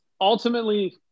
ultimately